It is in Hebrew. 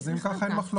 אני שמחה.